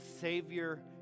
Savior